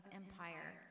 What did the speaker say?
empire